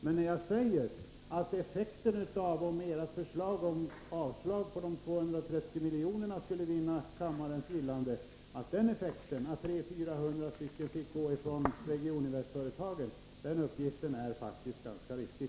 Men skulle ert förslag om avslag på de 230 miljonerna vinna kammarens gillande, skulle effekten bli att 300 å 400 anställda fick gå ifrån Regioninvestföretagen. Den uppgiften är faktiskt riktig.